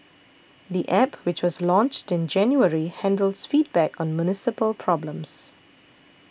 the App which was launched in January handles feedback on municipal problems